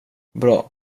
bra